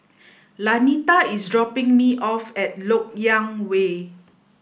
Lanita is dropping me off at Lok Yang Way